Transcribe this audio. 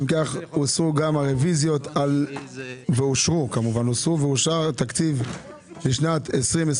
ואם כך הוסרו גם הרוויזיות ואושר התקציב לשנת 2024,